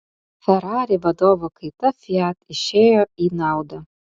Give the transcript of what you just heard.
ferrari vadovo kaita fiat išėjo į naudą